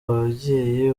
ababyeyi